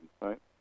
right